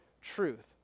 truth